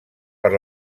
per